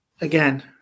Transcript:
Again